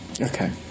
Okay